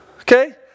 Okay